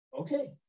okay